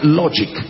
logic